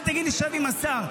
אל תגיד לי, שב עם השר.